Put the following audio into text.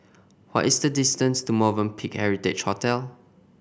what is the distance to Movenpick Heritage Hotel